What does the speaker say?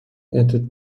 этот